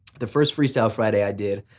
the first freestyle friday i did,